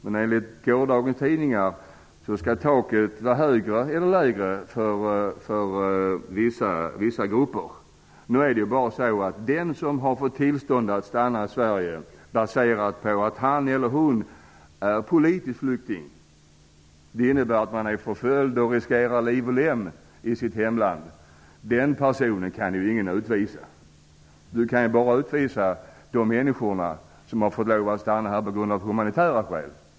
Men enligt gårdagens tidningar skall taket vara högre för vissa grupper och lägre för andra grupper. Nu är det bara så, att ingen kan utvisa den person som har fått tillstånd att stanna i Sverige, baserat på att han eller hon är politisk flykting -- det innebär att man är förföljd och riskerar liv och lem i hemlandet. Man kan ju bara utvisa de människor som har fått stanna här av humanitära skäl.